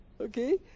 Okay